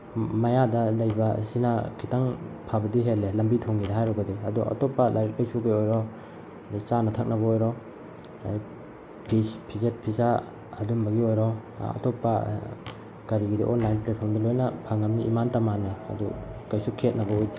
ꯃꯌꯥꯗ ꯂꯩꯕ ꯑꯁꯤꯅ ꯈꯤꯇꯪ ꯐꯕꯗꯤ ꯍꯦꯜꯂꯦ ꯂꯝꯕꯤ ꯊꯣꯡꯒꯤꯗ ꯍꯥꯏꯔꯨꯒꯗꯤ ꯑꯗꯨ ꯑꯇꯣꯞꯄ ꯂꯥꯏꯔꯤꯛ ꯂꯥꯏꯁꯨꯒꯤ ꯑꯣꯏꯔꯣ ꯑꯗꯩ ꯆꯥꯅ ꯊꯛꯅꯕ ꯑꯣꯏꯔꯣ ꯐꯤꯖꯦꯠ ꯐꯤꯆꯥ ꯑꯗꯨꯝꯕꯒꯤ ꯑꯣꯏꯔꯣ ꯑꯇꯣꯞꯄ ꯀꯔꯤꯒꯤꯗ ꯑꯣꯟꯂꯥꯏꯟ ꯄ꯭ꯂꯦꯠꯐꯣꯝꯗ ꯂꯣꯏꯅ ꯐꯪꯉꯃꯤꯅ ꯏꯃꯥꯟꯇ ꯃꯥꯟꯅꯩ ꯑꯗꯨ ꯀꯩꯁꯨ ꯈꯦꯅꯕ ꯑꯣꯏꯗꯦ